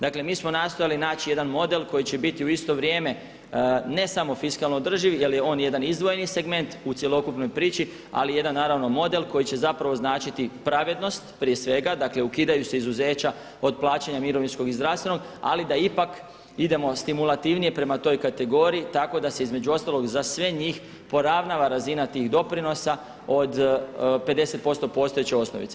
Dakle, mi smo nastojali naći jedan model koji će biti u isto vrijeme ne samo fiskalno održiv jer je on jedan izdvojeni segment u cjelokupnoj priči ali jedan naravno model koji će zapravo značiti pravednost prije svega, dakle ukidaju se izuzeća od plaćanja mirovinskog i zdravstvenog ali da ipak idemo stimulativnije prema toj kategoriji tako da se između ostalog za sve njih poravna razina tih doprinosa od 50% postojeće osnovice.